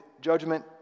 judgment